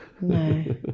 No